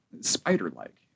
spider-like